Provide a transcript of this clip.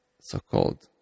so-called